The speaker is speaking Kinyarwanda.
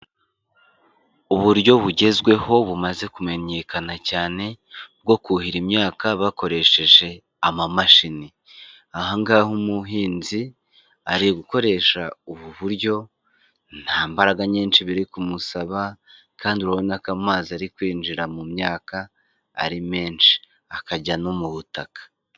Uburyo bugezweho bumaze kumenyekana cyane bwo kuhira imyaka bakoresheje amamashini. Aha ngaha umuhinzi ari gukoresha ubu buryo, nta mbaraga nyinshi biri kumusaba kandi urabona ko amazi ari kwinjira mu myaka ari menshi. Akajya no mu butaka.